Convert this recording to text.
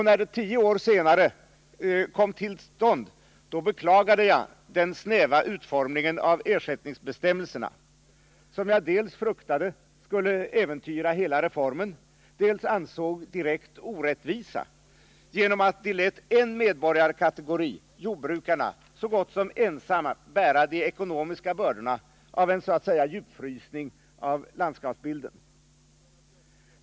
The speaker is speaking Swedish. När det tio år senare kom till stånd beklagade jag den snäva utformningen av Nr 51 ersättningsbestämmelserna som jag dels fruktade skulle äventyra hela Torsdagen den reformen, dels ansåg direkt orättvisa genom att de lät en medborgarkategori, 13 december 1979 jordbrukarna, så gott som ensamma bära de ekonomiska bördorna av så att säga en djupfrysning av landskapsbilden.